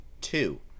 Two